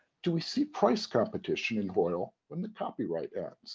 do we see price competition in hoyle when the copyright ends